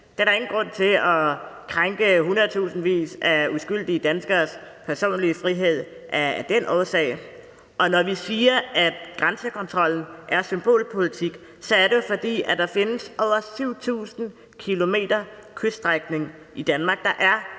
Der er da ingen grund til at krænke hundredtusindvis af uskyldige danskeres personlige frihed af den årsag. Og når vi siger, at grænsekontrollen er symbolpolitik, så er det jo, fordi der findes over 7.000 km kyststrækning i Danmark.